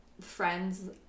friends